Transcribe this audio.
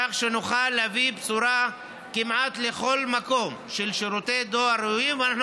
כך שנוכל להביא בשורה של שירותי דואר ראויים כמעט לכל מקום.